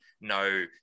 no